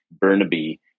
Burnaby